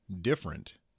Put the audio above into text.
different